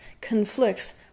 conflicts